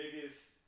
biggest